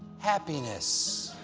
happiness.